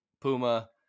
Puma